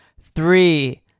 Three